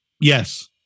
Yes